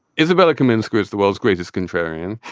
isabella kaminska is the world's greatest contrarian.